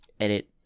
edit